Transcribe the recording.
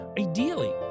ideally